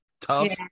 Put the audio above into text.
tough